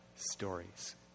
stories